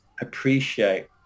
appreciate